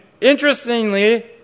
interestingly